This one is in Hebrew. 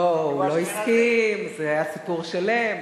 לא, הוא לא הסכים, זה היה סיפור שלם.